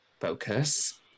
focus